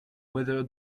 whether